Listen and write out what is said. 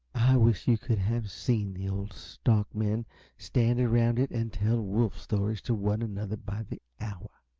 wish you could have seen the old stockmen stand around it and tell wolf stories to one another by the hour.